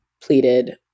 pleaded